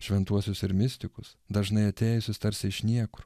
šventuosius ir mistikus dažnai atėjusius tarsi iš niekur